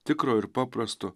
tikro ir paprasto